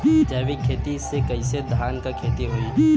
जैविक खेती से कईसे धान क खेती होई?